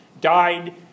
died